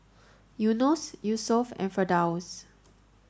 Yunos Yusuf and Firdaus